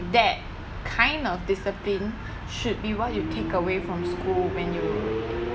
that kind of discipline should be what you take away from school when you